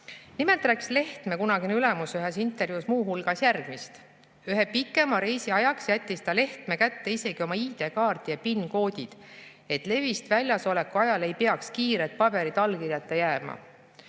Nimelt rääkis Lehtme kunagine ülemus ühes intervjuus muu hulgas järgmist. Ühe pikema reisi ajaks jättis ta Lehtme kätte isegi oma ID‑kaardi ja PIN‑koodid, et levist väljas oleku ajal ei peaks kiired paberid allkirjata jääma.